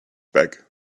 bag